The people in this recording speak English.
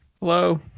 Hello